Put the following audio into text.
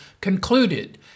concluded